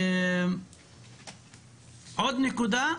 נקודה נוספת.